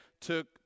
took